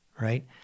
right